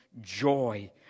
joy